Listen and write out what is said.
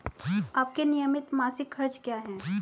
आपके नियमित मासिक खर्च क्या हैं?